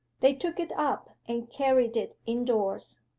they took it up and carried it indoors.